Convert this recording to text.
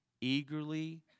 eagerly